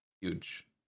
Huge